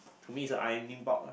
to me is a ironing board lah